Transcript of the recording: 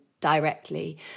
directly